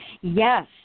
Yes